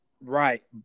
right